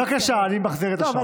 בבקשה, אני מחזיר את השעון.